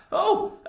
oh,